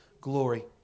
glory